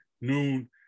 noon